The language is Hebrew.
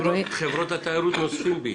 ואדוני --- חברות התיירות נוזפות בי.